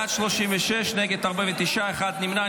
בעד, 36, נגד, 49, אחד נמנע.